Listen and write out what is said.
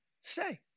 say